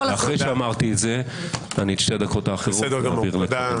אעביר את שתי הדקות לקארין, תודה.